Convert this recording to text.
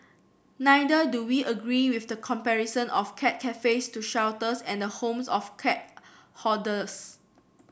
neither do we agree with the comparison of cat cafes to shelters and the homes of cat hoarders